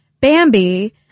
Bambi